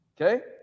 okay